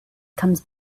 comes